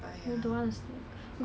穿美美就好了